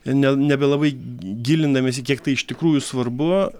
ne nebelabai gilindamiesi kiek tai iš tikrųjų svarbu